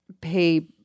pay